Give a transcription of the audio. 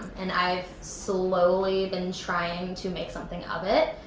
and i've slowly been trying to make something of it,